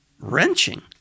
wrenching